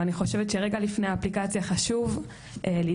אבל אני חושבת שרגע לפני האפליקציה חשוב להתייחס